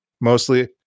mostly